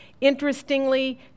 Interestingly